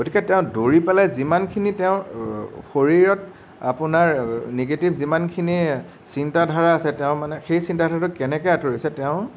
গতিকে তেওঁ দৌৰি পেলাই যিমানখিনি তেওঁ শৰীৰত আপোনাৰ নিগেটিভ যিমানখিনি চিন্তাধাৰা আছে তেওঁ মানে সেই চিন্তাধাৰাটো কেনেকৈ আঁতৰিছে তেওঁ